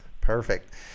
perfect